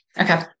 okay